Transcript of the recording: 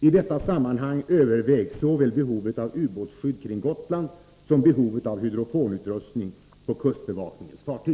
I detta sammanhang övervägs såväl behovet av ubåtsskydd kring Gotland som behovet av hydrofonutrustning på kustbevakningens fartyg.